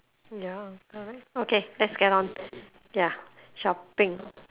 ya alright okay let's get on ya shopping